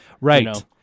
Right